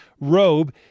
robe